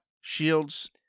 Shields